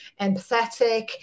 empathetic